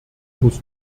muss